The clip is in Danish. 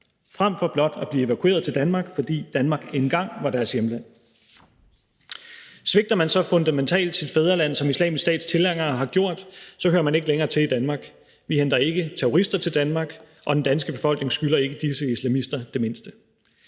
frem for blot at blive evakueret til Danmark, fordi Danmark engang var deres hjemland. Svigter man så fundamentalt sit fædreland, som Islamisk Stats tilhængere har gjort, hører man ikke længere til i Danmark. Vi henter ikke terrorister til Danmark, og den danske befolkning skylder ikke disse islamister det mindste.